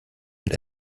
und